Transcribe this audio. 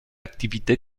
activité